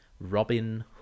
Robin